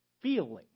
feeling